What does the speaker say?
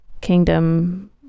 kingdom